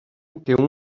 que